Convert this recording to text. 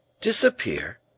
disappear